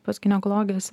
pas ginekologes